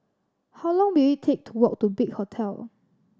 how long will it take to walk to Big Hotel